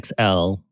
XL